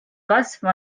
kasv